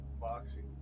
Boxing